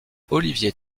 olivier